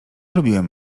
lubiłem